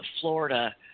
Florida